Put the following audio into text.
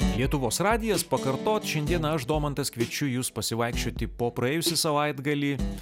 lietuvos radijas pakartot šiandieną aš domantas kviečiu jus pasivaikščioti po praėjusį savaitgalį